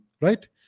right